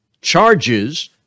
charges